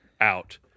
out